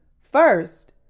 First